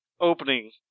opening